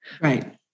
Right